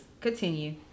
Continue